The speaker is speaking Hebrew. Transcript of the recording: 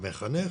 המחנך,